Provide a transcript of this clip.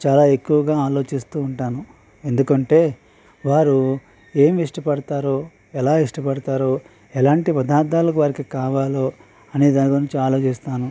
చాలా ఎక్కువగా ఆలోచిస్తూ ఉంటాను ఎందుకంటే వారు ఏమి ఇష్టపడతారో ఎలా ఇష్టపడతారో ఎలాంటి పదార్థాలకు వారికి కావాలో అనేదాని గురించి ఆలోచిస్తాను